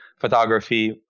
photography